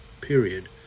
period